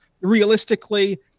realistically